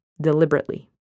deliberately